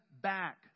back